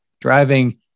driving